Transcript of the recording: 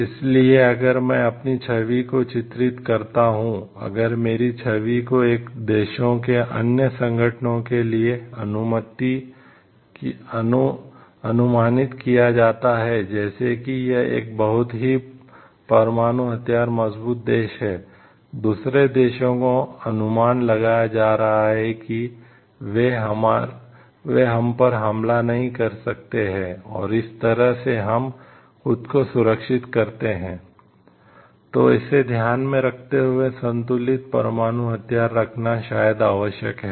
इसलिए अगर मैं अपनी छवि को चित्रित करता हूं अगर मेरी छवि को एक देशों के अन्य संगठनों के लिए अनुमानित किया जाता है जैसे कि यह एक बहुत ही परमाणु हथियार मजबूत देश है दूसरे देशों को अनुमान लगाया जा रहा है कि वे हम पर हमला नहीं कर सकते हैं और इस तरह से हम खुद को सुरक्षित करते हैं तो इसे ध्यान में रखते हुए संतुलित परमाणु हथियार रखना शायद आवश्यक है